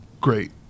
great